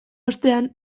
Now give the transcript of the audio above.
ostean